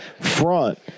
front